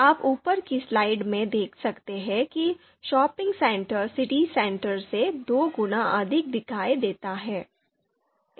आप ऊपर की स्लाइड में देख सकते हैं कि शॉपिंग सेंटर सिटी सेंटर से दो गुना अधिक दिखाई देता है